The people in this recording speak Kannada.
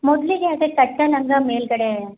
ಮೊದಲಿಗೆ ಅದೇ ಕಟ್ಟೋ ಲಂಗ ಮೇಲುಗಡೆ